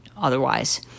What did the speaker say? otherwise